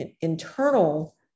internal